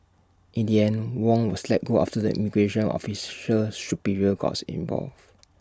in the end Wong was let go after the immigration officer's superior gots involved